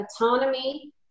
autonomy